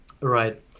Right